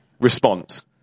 response